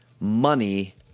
Money